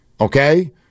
Okay